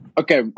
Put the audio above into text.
okay